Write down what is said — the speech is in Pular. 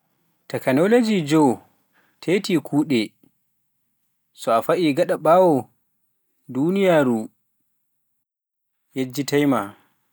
takanoloji joo, teeti kuude, so a fa'I gaɗa ɓawo duniyaaru yejjitai maa.